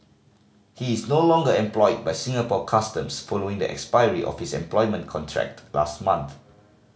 he is no longer employed by Singapore Customs following the expiry of his employment contract last month